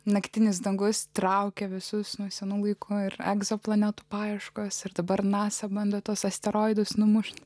naktinis dangus traukia visus nuo senų laiko ir egzo planetų paieškos ir dabar nasa bando tuos asteroidus numušti